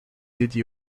dédié